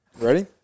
ready